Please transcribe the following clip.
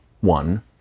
one